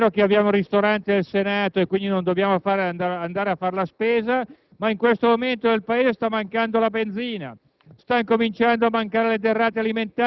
di andare a fare benzina; è vero che abbiamo il ristorante del Senato e quindi non dobbiamo fare la spesa, ma, in questo momento, nel Paese sta mancando la benzina,